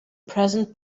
present